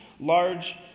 large